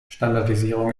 standardisierung